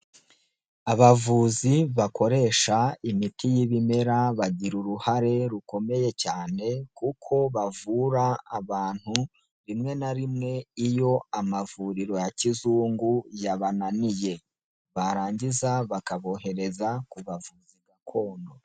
Abavuzi bakoresha imiti y'ibimera bagira uruhare rukomeye cyane kuko bavura abantu rimwe na rimwe iyo amavuriro ya kizungu yabananiye, barangiza bakabohereza ku bavuzi gakondo.